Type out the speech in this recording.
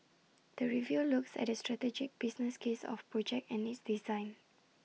the review looks at the strategic business case of project and its design